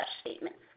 statements